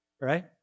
right